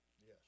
Yes